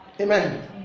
Amen